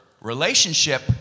relationship